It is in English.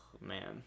Man